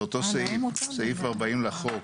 זה אותו סעיף, סעיף 40 לחוק.